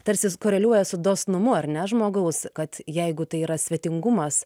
tarsi sukoreliuoja su dosnumu ar ne žmogaus kad jeigu tai yra svetingumas